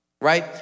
right